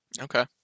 okay